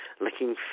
Looking